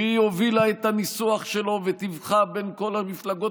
שהיא הובילה את הניסוח שלו ותיווכה בין כל המפלגות